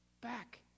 back